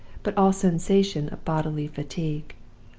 but all sensation of bodily fatigue.